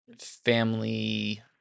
family